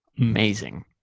amazing